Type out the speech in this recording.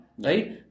Right